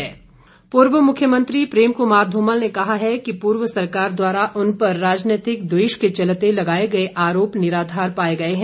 धुमल पूर्व मुख्यमंत्री प्रेम कुमार धूमल ने कहा है कि पूर्व सरकार द्वारा उन पर राजनैतिक द्वेष के चलते लगाए गए आरोप निराधार पाए गए हैं